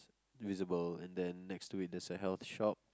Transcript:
visible and then next to it there's a health shop